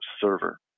server